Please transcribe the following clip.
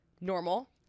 normal